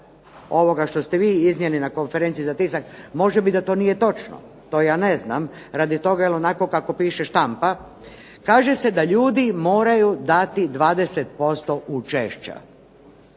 ovoga što ste vi iznijeli na konferenciji za tisak može bit da to nije točno, to ja ne znam, radi toga je li onako kako piše štampa, kaže se da ljudi moraju dati 20% učešća,